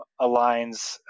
aligns